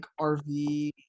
RV